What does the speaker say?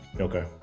okay